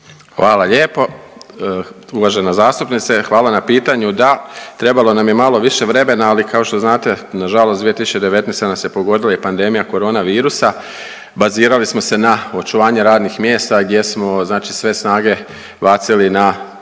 Hvala lijepo uvažena zastupnice. Hvala na pitanju. Da, trebalo nam je malo više vremena, ali kao što znate, nažalost 2019. nas je pogodila i pandemija koronavirusa, bazirali smo se na očuvanje radnih mjesta gdje smo znači sve snage bacili na